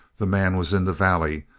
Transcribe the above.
the man was in the valley,